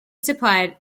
supplied